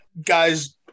guys